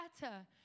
better